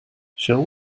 shall